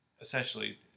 Essentially